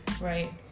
Right